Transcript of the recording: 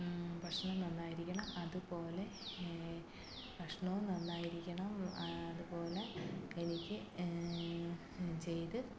ഭക്ഷണം നന്നായിരിക്കണം അതുപോലെ ഭക്ഷണവും നന്നായിരിക്കണം അതുപോലെ എനിക്ക് ചെയ്ത്